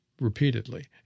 repeatedly